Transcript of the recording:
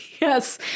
Yes